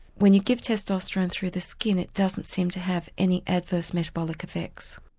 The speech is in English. when you give testosterone through the skin it doesn't seem to have any adverse metabolic effects.